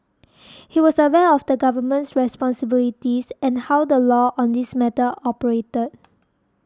he was aware of the Government's responsibilities and how the law on this matter operated